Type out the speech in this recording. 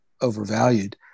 overvalued